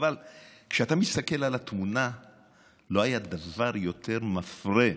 אבל כשאתה מסתכל על התמונה לא היה דבר יותר מפרה,